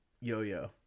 Yo-Yo